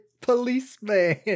policeman